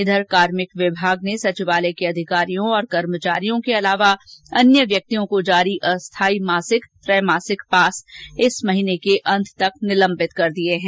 इधर कार्मिक विभाग ने सचिवालय के अधिकारियों और कर्मचारियों के अतिरिक्त अन्य व्यक्तियों को जारी अस्थायी मासिक त्रैमासिक पास इस माह के अंत तक निलम्बित कर दिए हैं